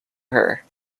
her